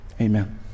Amen